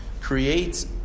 creates